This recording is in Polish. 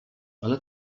ale